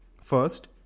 First